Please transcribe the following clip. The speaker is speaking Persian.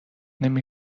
نمی